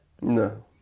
No